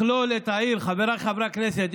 חבריי חברי הכנסת,